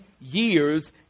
years